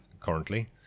currently